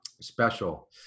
special